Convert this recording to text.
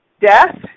death